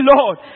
Lord